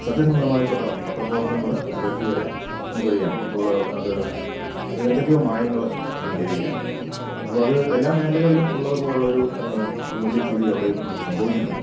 സത്യസന്ധമായിട്ടുള്ള പത്ര പ്രവർത്തനങ്ങൾ ഒരു പരിധിവരെ നമുക്കറിയാം ഇപ്പോൾ അത് അതിനെന്തൊക്കെയോ മായങ്ങൾ വന്നുചേരുകയാണ് അപ്പം അത് എല്ലാ മേഖലകളിലും ഉള്ളതുപോലുള്ള ഒരു മൂല്യച്യുതി അവിടെയും നമുക്ക് സംഭവിക്കുന്നുണ്ട്